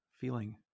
feeling